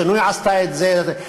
שינוי עשתה את זה,